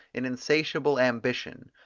an insatiable ambition,